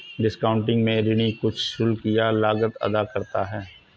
discounting में ऋणी कुछ शुल्क या लागत अदा करता है